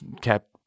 kept